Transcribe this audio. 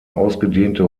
ausgedehnte